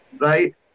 right